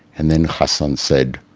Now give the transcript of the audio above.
and then hassan said,